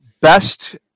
best